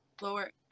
lower